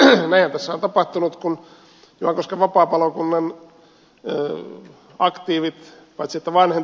näinhän tässä on tapahtunut kun juankosken vapaapalokunnan aktiivit paitsi tavanneen